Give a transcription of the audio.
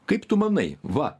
kaip tu manai va